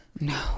No